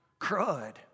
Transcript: Crud